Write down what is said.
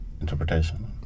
interpretation